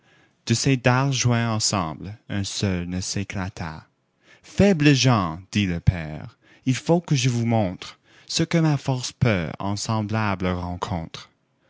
ces dards joints ensemble un seul ne s'éclata faibles gens dit le père il faut que je vous montre ce que ma force peut en semblable rencontre